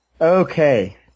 Okay